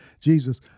Jesus